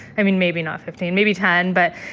i mean, maybe not fifteen. maybe ten. but,